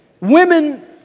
Women